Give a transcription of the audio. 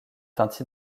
teinte